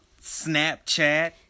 Snapchat